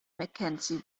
mackenzie